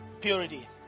Purity